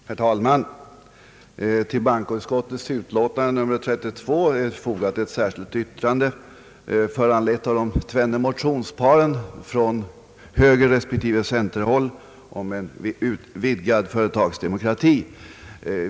Herr talman! Till bankoutskottets utlåtande nr 32 är fogat ett särskilt yttrande, föranlett av de tvenne motionsparen från högeroch centerhåll om utvidgad företagsdemokrati.